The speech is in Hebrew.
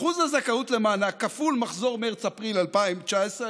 אחוז הזכאות למענק כפול מחזור מרץ-אפריל 2019,